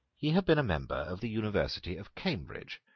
he had been a member of the university of cambridge,